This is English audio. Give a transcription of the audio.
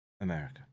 America